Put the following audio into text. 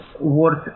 word